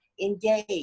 engage